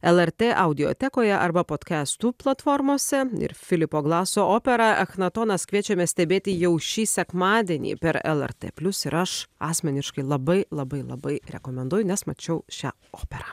lrt audiotekoje arba podkestų platformose ir filipo glaso operą echnatonas kviečiame stebėti jau šį sekmadienį per lrt plius ir aš asmeniškai labai labai labai rekomenduoju nes mačiau šią operą